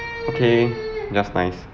okay just nice